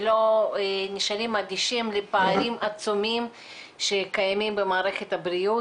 שלא נשארים אדישים לפערים העצומים שקיימים במערכת הבריאות.